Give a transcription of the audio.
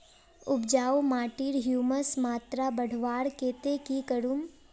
उपजाऊ माटिर ह्यूमस मात्रा बढ़वार केते की करूम?